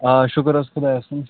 آ شُکُر حظ خۄدایَس کُن